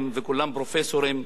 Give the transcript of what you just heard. כולם פרופסורים,